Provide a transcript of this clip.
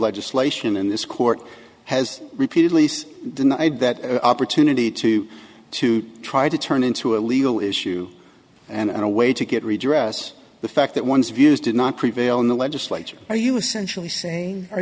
legislation and this court has repeatedly said denied that opportunity to to try to turn into a legal issue and a way to get redress the fact that one's views did not prevail in the legislature are you essentially saying